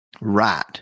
Right